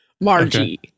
Margie